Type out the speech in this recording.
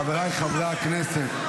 חבריי חברי הכנסת,